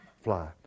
fly